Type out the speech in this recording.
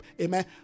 amen